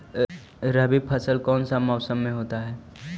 रवि फसल कौन सा मौसम में होते हैं?